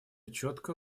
четко